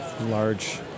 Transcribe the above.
large